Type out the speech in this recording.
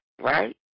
right